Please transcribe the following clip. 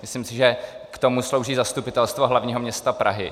Myslím si, že k tomu slouží Zastupitelstvo hlavního města Prahy.